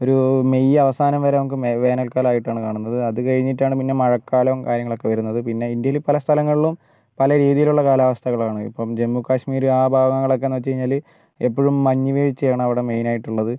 ഒരു മെയ് അവസാനം വരെ നമുക്ക് വേനൽ കാലമായിട്ടാണ് കാണുന്നത് അത് കഴിഞ്ഞിട്ടാണ് പിന്നെ മഴക്കാലം കാര്യങ്ങൾ ഒക്കെ വരുന്നത് അത് പിന്നെ ഇന്ത്യയിൽ പല സ്ഥലങ്ങളിലും പല രീതിയിലുള്ള കാലാവസ്ഥകളാണ് ഇപ്പം ജമ്മു കാശ്മീർ ആ ഭാഗങ്ങൾ എന്ന് വെച്ച് കഴിഞ്ഞാൽ എപ്പോഴും മഞ്ഞ് വീഴ്ചയായണ് അവിടെ മെയിൻ ആയിട്ടുള്ളത്